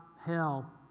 hell